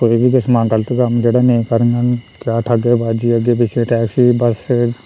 कोई बी किसमा दा गलत कम्म जेह्ड़ा नेईं करङन क्या ठगबाजी अग्गें पिच्छें टैक्सी बस